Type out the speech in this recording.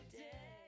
day